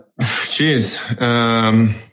Jeez